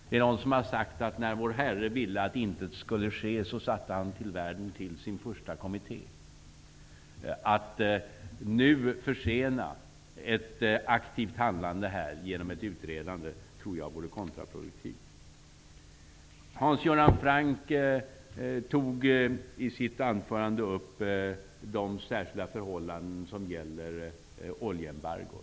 Det är någon som har sagt: När vår Herre ville att intet skulle ske, så satte han till världen sin första kommitté. Att nu försena ett aktivt handlande genom ett utredande tror jag vore kontraproduktivt. Hans Göran Franck tog i sitt anförande upp de särskilda förhållanden som gäller oljeembargot.